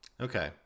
Okay